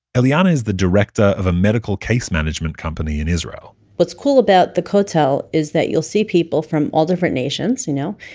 eliana is the director of a medical case-management company in israel what's cool about the kotel is that you'll see people from all different nations, you know.